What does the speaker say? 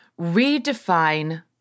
redefine